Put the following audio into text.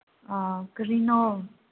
ꯑꯥ ꯀꯔꯤꯅꯣ